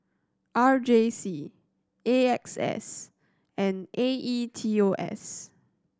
R J C A X S and A E T O S